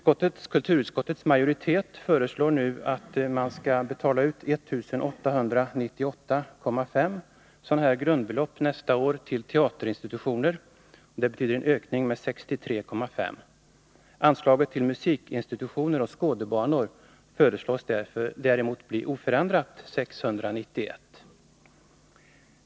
Kulturutskottets majoritet föreslår nu att man nästa år skall betala 1 895,5 grundbelopp till teaterinstitutioner. Det betyder en ökning med 63,5. Anslaget till musikinstitutioner och skådebanor föreslås däremot bli oförändrat, dvs. motsvarande 691 grundbelopp.